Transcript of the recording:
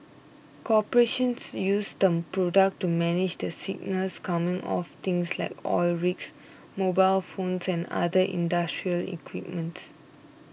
corporations use the product to manage the signals coming off things like oil rigs mobile phones and other industrial equipment